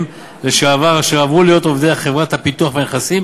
לשעבר אשר עברו להיות עובדי חברת הפיתוח והנכסים